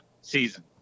season